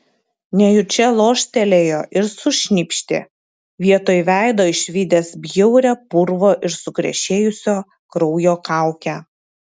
nejučia loštelėjo ir sušnypštė vietoj veido išvydęs bjaurią purvo ir sukrešėjusio kraujo kaukę